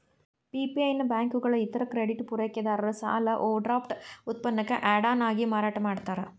PPI ನ ಬ್ಯಾಂಕುಗಳ ಇತರ ಕ್ರೆಡಿಟ್ ಪೂರೈಕೆದಾರ ಸಾಲ ಓವರ್ಡ್ರಾಫ್ಟ್ ಉತ್ಪನ್ನಕ್ಕ ಆಡ್ ಆನ್ ಆಗಿ ಮಾರಾಟ ಮಾಡ್ತಾರ